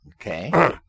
Okay